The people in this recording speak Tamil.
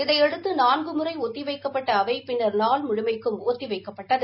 இதையடுத்து நான்கு முறை ஒத்திவைக்கப்பட்ட அவை பின்னர் நாள் முழுவதற்கும் ஒத்தி வைக்கப்பட்டது